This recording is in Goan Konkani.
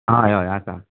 हय हय आसा